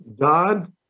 God